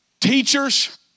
Teachers